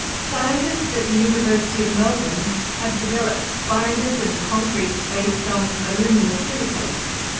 scientists at the university of melbourne have developed binders and concretes based on aluminosilicates.